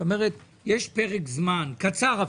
את אומרת שיש פרק זמן, קצר אפילו,